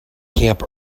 camp